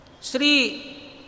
Sri